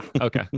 Okay